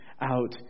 out